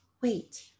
Wait